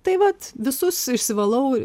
tai vat visus išsivalau